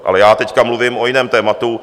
Ale já teď mluvím o jiném tématu.